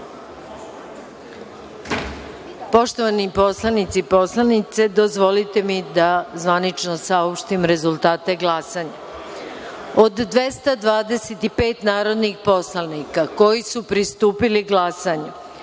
glasanja. Poštovani poslanici i poslanice, dozvolite mi da zvanično saopštim rezultate glasanja. Od 225 narodnih poslanika koji su pristupili glasanju